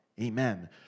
Amen